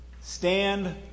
Stand